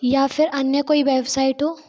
या फिर अन्य कोई वेबसाइट हो